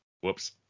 Whoops